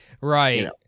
right